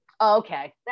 okay